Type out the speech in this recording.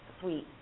suite